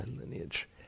lineage